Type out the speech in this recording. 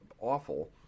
awful